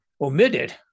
omitted